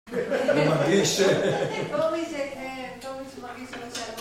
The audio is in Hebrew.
נמדיש